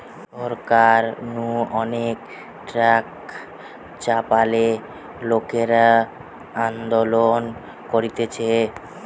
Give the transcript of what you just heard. সরকার নু অনেক ট্যাক্স চাপালে লোকরা আন্দোলন করতিছে